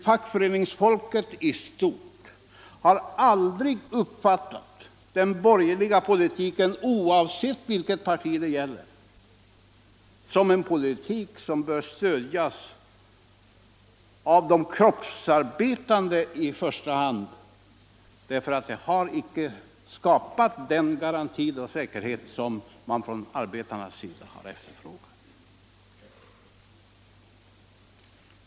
Fackföreningsfolk i stort har aldrig uppfattat den borgerliga politiken — oavsett vilket parti det gäller — som en politik som bör stödjas av i första hand de kroppsarbetande därför att den inte har skapat den garanti och säkerhet som arbetarna har efterfrågat.